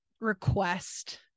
request